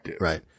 right